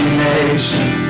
nation